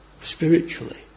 spiritually